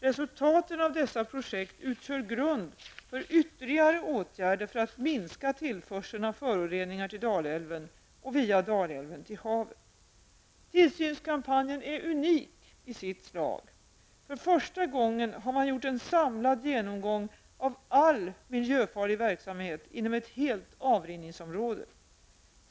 Resultaten av dessa projekt utgör grund för ytterligare åtgärder för att minska tillförseln av föroreningar till Dalälven och via Tillsynskampanjen är unik i sitt slag. För första gången har man gjort en samlad genomgång av all miljöfarlig verksamhet inom ett helt avrinningsområde.